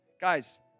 Guys